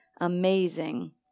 amazing